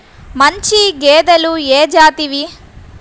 మంచి గేదెలు ఏ జాతివి?